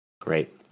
Great